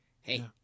Hey